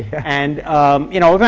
and you know,